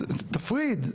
אז תפריד.